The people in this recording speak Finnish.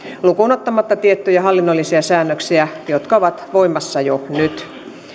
lukuun ottamatta tiettyjä hallinnollisia säännöksiä jotka ovat voimassa jo nyt